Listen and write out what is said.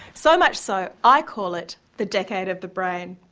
so much so i call it, the decade of the brain.